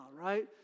right